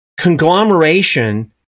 conglomeration